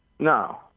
No